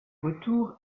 retour